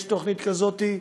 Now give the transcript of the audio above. יש תוכנית כזאת.